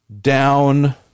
down